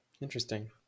Interesting